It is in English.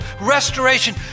restoration